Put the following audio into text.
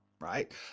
right